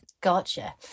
Gotcha